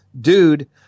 dude